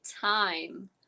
time